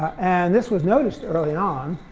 and this was noticed early on.